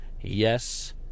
yes